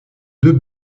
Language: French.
deux